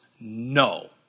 No